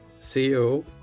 CEO